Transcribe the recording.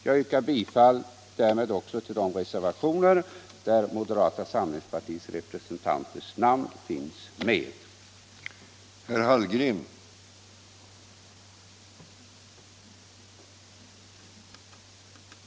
Jag yrkar härmed bifall till de reservationer där moderata samlingspartiets representanters namn finns med.